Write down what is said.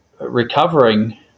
recovering